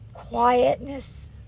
quietness